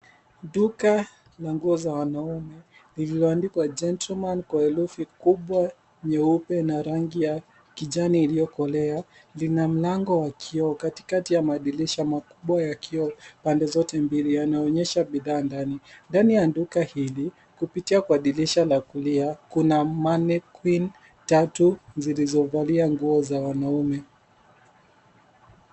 Duka la nguo za wanaume lililoandikwa gentleman kwa herufi kubwa nyeupe na rangi ya kijani iliyokolea. Lina mlango wa kioo katikati ya madirisha makubwa ya kioo pande zote mbili yanaonyesha bidhaa ndani. Ndani ya duka hili kupitia kwa dirisha la kulia kuna mannequin tatu zilizovalia nguo za wanaume.